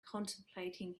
contemplating